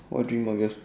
what dream of yours